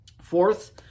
Fourth